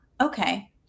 Okay